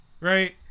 right